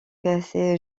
classé